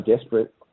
desperate